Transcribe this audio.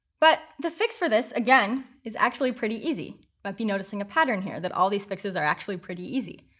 but the fix for this, again, is actually pretty easy. you might be noticing a pattern here, that all these fixes are actually pretty easy.